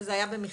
וזה היה במכרז,